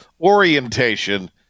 orientation